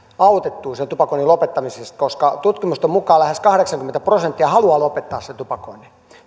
autettua sen tupakoinnin lopettamisessa koska tutkimusten mukaan lähes kahdeksankymmentä prosenttia haluaa lopettaa sen tupakoinnin